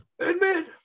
Admit